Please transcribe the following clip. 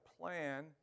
plan